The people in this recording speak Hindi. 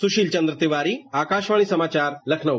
सुशील चंद्र तिवारी आकाशवाणी समाचार लखनऊ